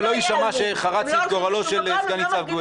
שלא יישמע שחרצתי את גורלו של סגן ניצב גואטה.